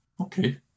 Okay